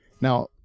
Now